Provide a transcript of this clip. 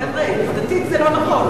עובדתית זה לא נכון.